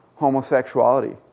homosexuality